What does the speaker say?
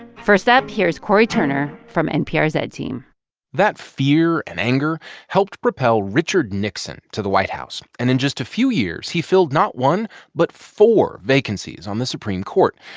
first up, here's cory turner from npr's ed team that fear and anger helped propel richard nixon to the white house. and in just a few years, he filled not one but four vacancies on the supreme court,